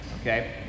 okay